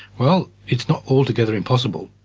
well, it is not altogether impossible.